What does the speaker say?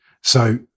So-